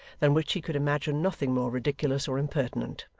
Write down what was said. than which he could imagine nothing more ridiculous or impertinent.